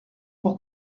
pour